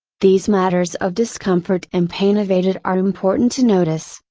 these matters of discomfort and pain evaded are important to notice,